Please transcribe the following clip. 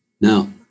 Now